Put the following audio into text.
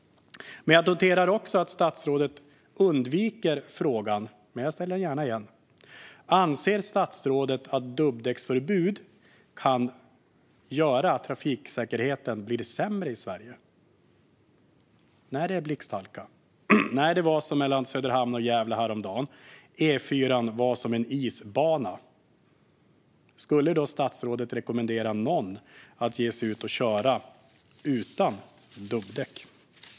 Jag noterar också att statsrådet undviker frågan, men jag ställer den gärna igen: Anser statsrådet att dubbdäcksförbud kan göra att trafiksäkerheten blir sämre i Sverige? Jag tänker på när det är blixthalka och på när det är som det var mellan Söderhamn och Gävle häromdagen. Skulle statsrådet då rekommendera någon att ge sig ut och köra utan dubbdäck?